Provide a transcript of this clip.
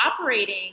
operating